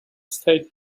state